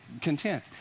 content